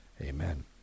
Amen